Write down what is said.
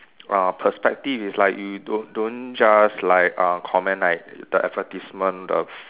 uh perspective is like you don't don't just like uh comment like the advertisement the